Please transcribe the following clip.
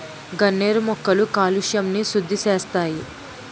గన్నేరు మొక్కలు కాలుష్యంని సుద్దిసేస్తాయి